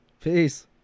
peace